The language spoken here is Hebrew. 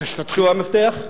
שהוא המפתח,